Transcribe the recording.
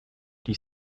die